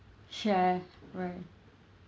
share right